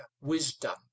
wisdom